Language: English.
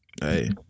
Hey